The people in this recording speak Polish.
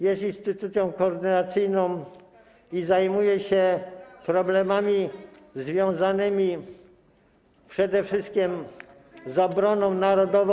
Jest instytucją koordynacyjną i zajmuje się problemami związanymi przede wszystkim z obroną narodową.